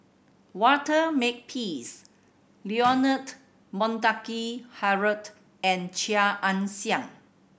Walter Makepeace Leonard Montague Harrod and Chia Ann Siang